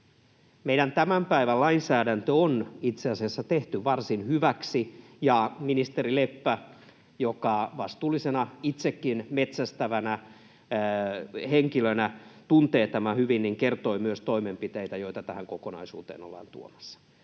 Meidän tämän päivän lainsäädäntö on itse asiassa tehty varsin hyväksi. Ministeri Leppä, joka vastuullisena itsekin metsästävänä henkilönä tuntee tämän hyvin, kertoi myös toimenpiteitä, joita tähän kokonaisuuteen ollaan tuomassa.